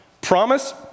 promise